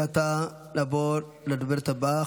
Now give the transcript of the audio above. עתה נעבור לדוברת הבאה,